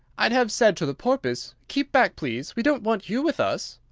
i'd have said to the porpoise, keep back, please we don't want you with us